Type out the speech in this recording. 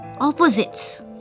opposites